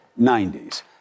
90s